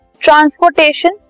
Transportation